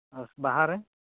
ᱟᱨ ᱵᱟᱦᱟᱨᱮ